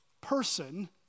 person